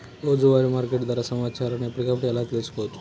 రోజువారీ మార్కెట్ ధర సమాచారాన్ని ఎప్పటికప్పుడు ఎలా తెలుసుకోవచ్చు?